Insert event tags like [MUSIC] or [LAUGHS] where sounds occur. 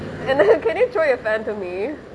[LAUGHS] then can you throw your fan to me